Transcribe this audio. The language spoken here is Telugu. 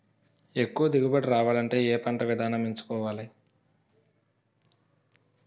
ఎక్కువ దిగుబడి రావాలంటే ఏ పంట విధానం ఎంచుకోవాలి?